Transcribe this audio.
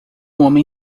homem